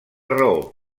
raó